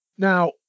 Now